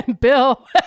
Bill